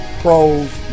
pros